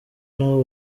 nabo